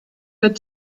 got